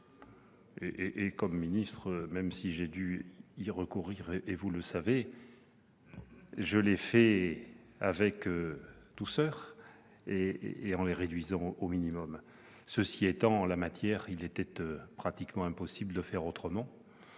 tant que ministre, j'ai dû y recourir, mais vous savez que je l'ai fait avec douceur, et en les réduisant au minimum. Cela étant, en la matière, il était pratiquement impossible de faire autrement.